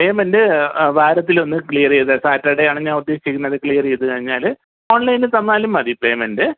payment ആ വാരത്തിലൊന്ന് clear ചെയ്തേച്ചാൽ സാറ്റർഡേയാണ് ഞാൻ ഉദ്ദേശിക്കുന്നത് ക്ലിയർ ചെയ്ത് കഴിഞ്ഞാൽ ഓൺലൈനിൽ തന്നാലും മതി പെയ്മെൻറ്റ്